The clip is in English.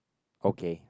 okay